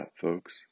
folks